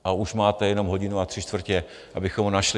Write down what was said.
A už máte jenom hodinu a tři čtvrtě, abychom ho našli.